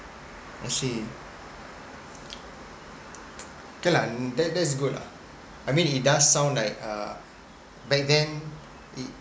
I see okay lah that that's good lah I mean it does sound like uh back then